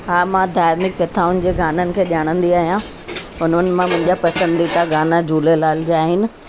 हा मां धार्मिक कथाउनि जे गाननि खे ॼाणंदी आहियां उन्हनि में मुंहिंजा पसंदीदा गाना झूलेलाल जा आहिनि